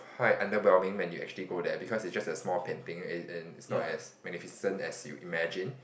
quite underwhelming when you actually go there because is just a small painting is is not as magnificent as you imagine